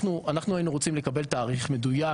אנחנו רוצים לקבל תאריך מדויק,